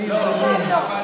רגע, לסגור את המצלמות במליאה?